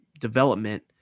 development